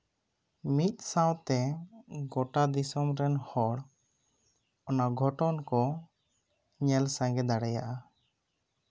ᱢᱤᱫ ᱥᱟᱶᱛᱮ ᱜᱚᱴᱟ ᱫᱤᱥᱚᱢ ᱨᱮᱱ ᱦᱚᱲ ᱱᱚᱶᱟ ᱜᱷᱚᱴᱚᱱ ᱠᱚ ᱧᱮᱞ ᱥᱟᱸᱜᱮ ᱫᱟᱲᱮᱭᱟᱜᱼᱟ